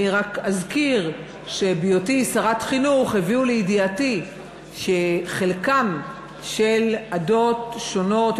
רק אזכיר שבהיותי שרת החינוך הביאו לידיעתי שחלקן של עדות שונות,